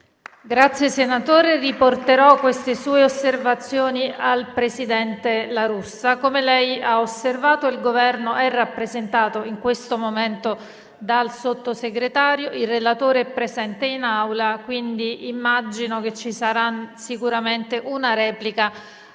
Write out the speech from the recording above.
Grazie, senatore. Riporterò queste sue osservazioni al presidente La Russa. Come lei ha osservato, il Governo è rappresentato in questo momento dal Sottosegretario. Il relatore è presente in Aula. Immagino che ci sarà sicuramente una replica